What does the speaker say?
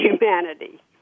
humanity